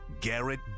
Garrett